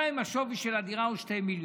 גם אם השווי של הדירה הוא 2 מיליון.